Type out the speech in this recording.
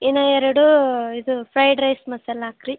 ಇನ್ನೂ ಎರಡು ಇದು ಫ್ರೈಡ್ ರೈಸ್ ಮಸಾಲಾ ಹಾಕ್ರಿ